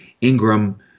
Ingram